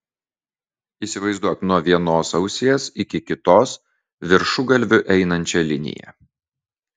įsivaizduok nuo vienos ausies iki kitos viršugalviu einančią liniją